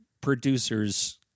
producers